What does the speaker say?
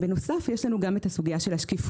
בנוסף לכך, יש גם סוגיה של שקיפות.